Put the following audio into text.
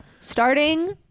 starting